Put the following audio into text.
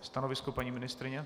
Stanovisko paní ministryně?